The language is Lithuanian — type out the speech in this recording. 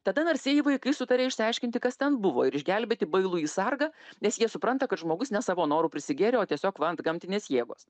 tada narsieji vaikai sutaria išsiaiškinti kas ten buvo ir išgelbėti bailųjį sargą nes jie supranta kad žmogus ne savo noru prisigėrė o tiesiog va antgamtinės jėgos